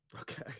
Okay